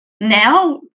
now